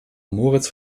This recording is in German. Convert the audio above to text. moritz